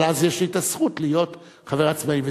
אבל אז יש לי הזכות להיות חבר עצמאי.